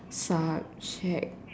subject